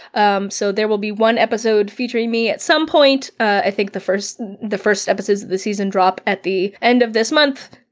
um so there will be one episode featuring featuring me at some point. i think the first the first episodes of the season drop at the end of this month.